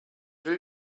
will